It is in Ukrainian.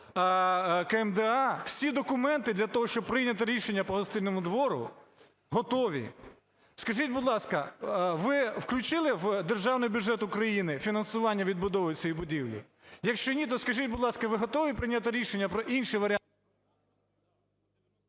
КМДА всі документи для того, щоб прийняти рішення по Гостинному двору, готові. Скажіть, будь ласка, ви включили в Державний бюджет України фінансування відбудови цієї будівлі? Якщо ні, то скажіть, будь ласка, ви готові прийняти рішення про інші…